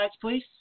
please